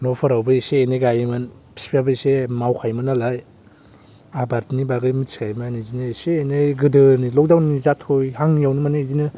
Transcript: न'फोरावबो इसे एनै गायोमोन बिफायाबो इसे मावखायोमोन नालाय आबादनि बागै मोनथिखायोमोन बेदिनो इसे एनै गोदोनि लकडाउन जाथ'हाङैआवनो माने बिदिनो